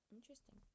Interesting